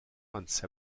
once